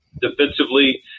defensively